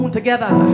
together